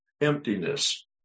emptiness